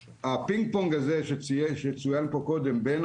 הפינג-פונג הזה שצוין פה קודם בין